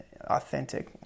authentic